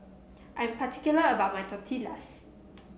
i am particular about my Tortillas